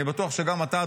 אני בטוח שגם אתה,